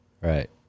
Right